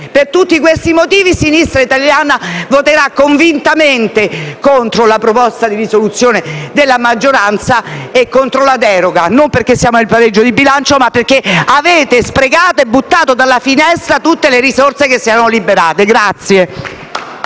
Per tutti questi motivi, Sinistra italiana voterà convintamente contro la proposta di risoluzione della maggioranza e contro la deroga, non perché siamo per il pareggio di bilancio, ma perché avete sprecato e buttato dalla finestra tutte le risorse che si erano liberate.